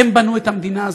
הם בנו את המדינה הזאת,